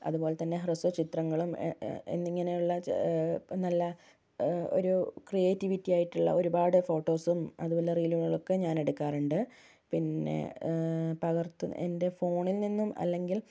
അതുപോലെതന്നെ ഹ്രസ്വ ചിത്രങ്ങളും എന്നിങ്ങനെയുള്ള നല്ല ഒരു ക്രിയേറ്റിവിറ്റിയായിട്ടുള്ള ഒരുപാട് ഫോട്ടോസും അതുപോലെ റീലുകളൊക്കെ ഞാനെടുക്കാറുണ്ട് പിന്നെ പകർത്തു എൻ്റെ ഫോണിൽ നിന്നും അല്ലെങ്കിൽ